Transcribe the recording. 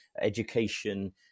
education